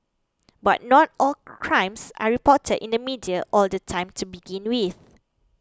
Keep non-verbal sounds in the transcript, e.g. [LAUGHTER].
but not all [HESITATION] crimes are reported in the media all the time to begin with